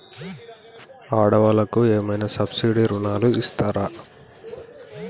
ఆడ వాళ్ళకు ఏమైనా సబ్సిడీ రుణాలు ఇస్తారా?